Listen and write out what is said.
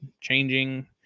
changing